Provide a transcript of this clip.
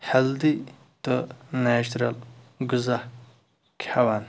healthy تہٕ natural غذا کھیٚوان